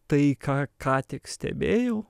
tai ką ką tik stebėjau